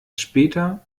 später